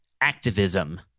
activism